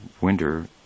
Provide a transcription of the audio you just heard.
winter